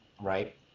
right